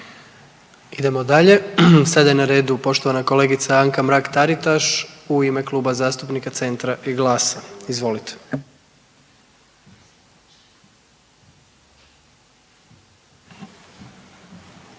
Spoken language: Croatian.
Idemo dalje. Sada je na redu poštovana kolegica Anka Mrak-Taritaš u ime Kluba zastupnika Centra i GLAS-a, izvolite.